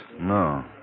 No